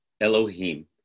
Elohim